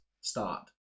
start